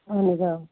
اَہَن حظ آ